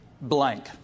blank